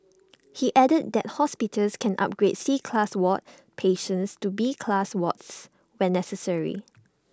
he added that hospitals can upgrade C class ward patients to B class wards when necessary